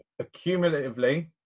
accumulatively